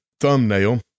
thumbnail